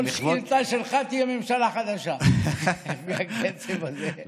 כל שאילתה שלך, תהיה ממשלה חדשה בקצב הזה.